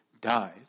died